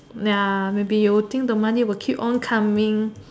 ya maybe you will think the money will keep on coming